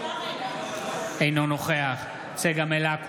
אינו נוכח צגה מלקו,